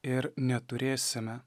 ir neturėsime